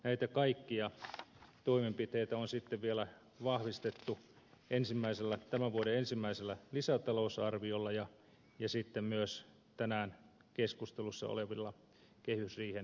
näitä kaikkia toimenpiteitä on sitten vielä vahvistettu tämän vuoden ensimmäisellä lisätalousarviolla ja sitten myös tänään keskustelussa olevilla kehysriihen päätöksillä